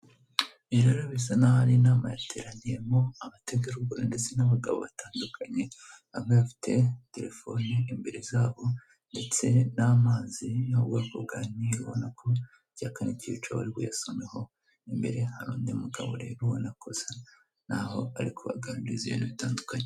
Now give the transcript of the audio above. ibi rero bisa naho ari inama yateraniyemo abategarugori ndetse n'abagabo batandukanye, bamwe bafite telefone imbere zabo, ndetse n'amazi yo mu bwoko bwa Nili ubona ko icyaka nikibica bari busomeho imbere hari undi mugabo rero asa naho arikubaganiriza ibintu bitandukanye.